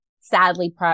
sadly